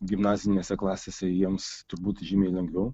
gimnazinėse klasėse jiems turbūt žymiai lengviau